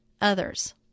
others